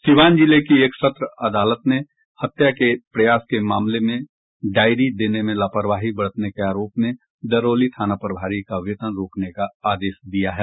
सीवान जिले की एक सत्र अदालत ने हत्या के प्रयास के एक मामले में डायरी देने में लापरवाही बरतने के आरोप में दरौली थाना प्रभारी का वेतन रोकने का आदेश दिया है